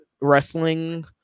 wrestling